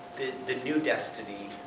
the new destiny